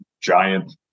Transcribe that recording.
giant